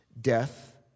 Death